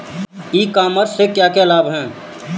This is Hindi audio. ई कॉमर्स से क्या क्या लाभ हैं?